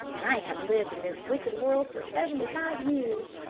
and i have lived in this wicked world for seventy-five years,